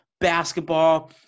basketball